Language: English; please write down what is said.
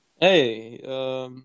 Hey